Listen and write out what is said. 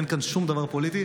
אין כאן שום דבר פוליטי,